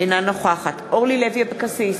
אינה נוכחת אורלי לוי אבקסיס,